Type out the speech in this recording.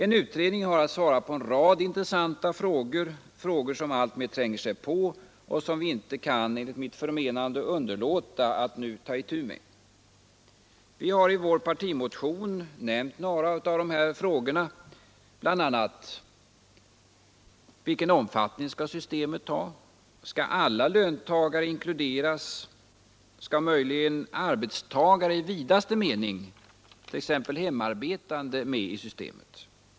En utredning har att svara på en rad intressanta frågor, som alltmer tränger sig på och som vi enligt mitt förmenande inte kan underlåta att nu ta itu med. I vår partimotion har nämnts några av dessa frågor, bl.a. följande: Vilken omfattning skall systemet ha? Skall alla löntagare inkluderas, skall möjligen arbetstagare i vidaste mening, t.ex. hemarbetande, tas med i systemet?